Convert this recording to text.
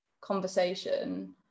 conversation